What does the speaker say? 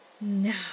No